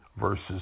verses